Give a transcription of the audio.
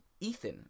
Ethan